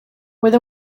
with